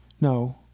No